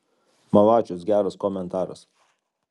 malačius geras komentaras